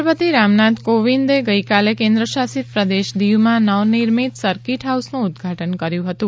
રાષ્ટ્રપતિ રામનાથ કોવિદે ગઇકાલે કેન્દ્ર શાસિત પ્રદેશ દીવમાં નવનિર્મિત સરકીટ હાઉસનું ઉદઘાટન કર્યું હતું